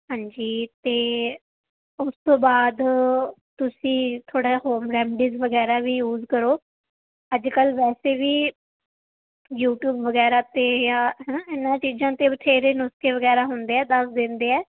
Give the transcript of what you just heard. ਹਾਂਜੀ ਅਤੇ ਉਸ ਤੋਂ ਬਾਅਦ ਤੁਸੀਂ ਥੋੜ੍ਹਾ ਜਿਹਾ ਹੋਮ ਰੈਮਡੀਜ ਵਗੈਰਾ ਵੀ ਯੂਜ ਕਰੋ ਅੱਜ ਕੱਲ੍ਹ ਵੈਸੇ ਵੀ ਯੂਟੀਊਬ ਵਗੈਰਾ 'ਤੇ ਜਾਂ ਹੈ ਨਾ ਇਹਨਾਂ ਚੀਜ਼ਾਂ 'ਤੇ ਬਥੇਰੇ ਨੁਸਖੇ ਵਗੈਰਾ ਹੁੰਦੇ ਆ ਦਸ ਦਿੰਦੇ ਆ